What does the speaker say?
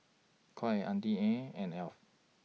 Auntie Anne's and Alf